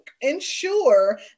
Ensure